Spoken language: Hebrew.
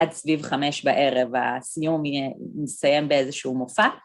עד סביב חמש בערב הסיום יסיים באיזשהו מופע.